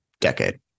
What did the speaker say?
decade